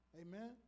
Amen